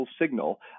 signal